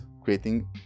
creating